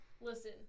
Listen